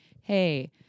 hey